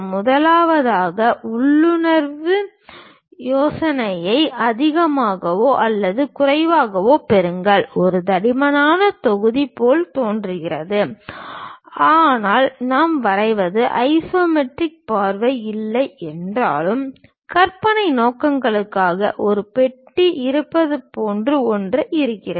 முதலாவதாக உள்ளுணர்வு யோசனையை அதிகமாகவோ அல்லது குறைவாகவோ பெறுங்கள் ஒரு தடிமனான தொகுதி போல் தோன்றுகிறது ஆனால் நாம் வரைவது ஐசோமெட்ரிக் பார்வை இல்லை என்றாலும் கற்பனை நோக்கத்திற்காக ஒரு பெட்டி இருப்பது போன்ற ஒன்று இருக்கிறது